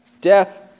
Death